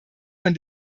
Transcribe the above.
von